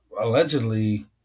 allegedly